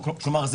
כלומר,